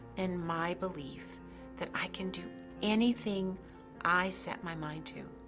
and my belief that i can do anything i set my mind to.